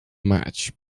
match